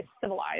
Civilized